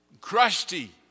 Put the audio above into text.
Crusty